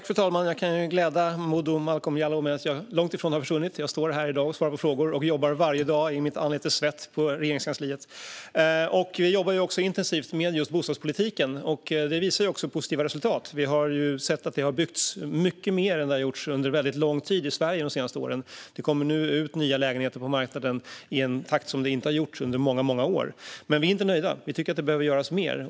Fru talman! Jag kan glädja Momodou Malcolm Jallow med att jag långt ifrån har försvunnit. Jag står här i dag och besvarar frågor. Varje dag jobbar jag på Regeringskansliet i mitt anletes svett. Vi jobbar intensivt varje dag med bostadspolitiken. Det visas också genom positiva resultat. Man kan se att det har byggts mycket mer de senaste åren än vad som skett i Sverige under lång tid. Nu kommer nya lägenheter ut på marknaden i en takt som inte har funnits på många år. Vi är dock inte nöjda utan tycker att mer behöver göras.